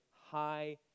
high